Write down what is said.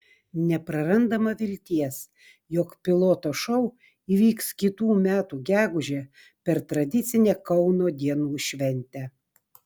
neprarandama vilties jog piloto šou įvyks kitų metų gegužę per tradicinę kauno dienų šventę